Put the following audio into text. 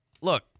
look